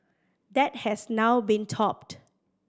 that has now been topped